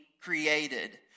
created